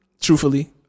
truthfully